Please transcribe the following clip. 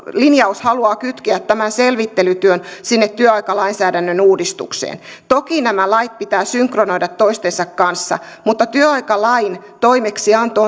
haluaa kytkeä tämän selvittelytyön työaikalainsäädännön uudistukseen toki nämä lait pitää synkronoida toistensa kanssa mutta työaikalain toimeksianto